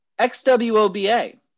XWOBA